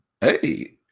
Hey